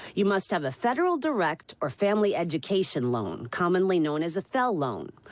you must have a federal direct or family education loan, commonly known as a ffel loan.